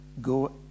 Go